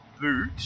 boot